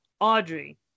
Audrey